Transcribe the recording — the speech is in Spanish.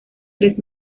tres